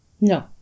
No